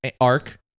arc